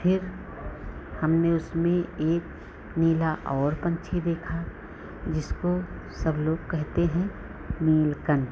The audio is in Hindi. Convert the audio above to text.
फिर हमने उसमें एक नीला और पक्षी देखा जिसको सब लोग कहते हैं नीलकंठ